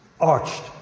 arched